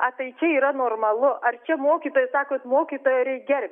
ar tai čia yra normalu ar čia mokytojai sakot mokytoją reikia gerbti